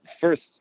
first